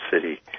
city